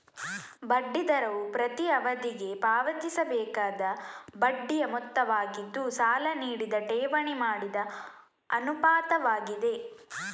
ಬಡ್ಡಿ ದರವು ಪ್ರತಿ ಅವಧಿಗೆ ಪಾವತಿಸಬೇಕಾದ ಬಡ್ಡಿಯ ಮೊತ್ತವಾಗಿದ್ದು, ಸಾಲ ನೀಡಿದ ಠೇವಣಿ ಮಾಡಿದ ಅನುಪಾತವಾಗಿದೆ